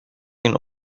این